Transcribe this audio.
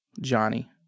Johnny